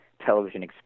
television